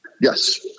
Yes